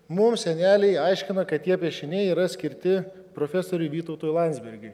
mum seneliai aiškino kad tie piešiniai yra skirti profesoriui vytautui landsbergiui